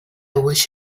wish